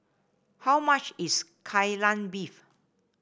how much is Kai Lan Beef